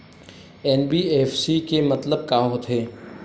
NBFC के मतलब का होथे?